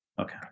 Okay